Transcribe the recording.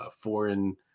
foreign